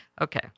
Okay